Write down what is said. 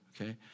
okay